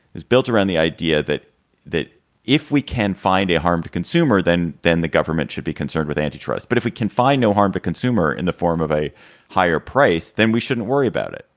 is built around the idea that that if we can find a harmed consumer, then then the government should be concerned with antitrust. but if we can find no harm to consumer in the form of a higher price, then we shouldn't worry about it.